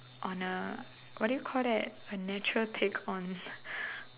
on a what do you call that a natural take on